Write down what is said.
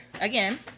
again